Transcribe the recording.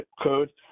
Code